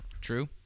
True